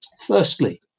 Firstly